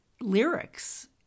lyrics